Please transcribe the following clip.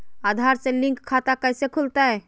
आधार से लिंक खाता कैसे खुलते?